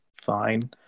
Fine